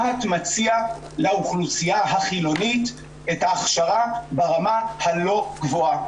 מה"ט מציע לאוכלוסייה החילונית את ההכשרה ברמה הלא גבוהה,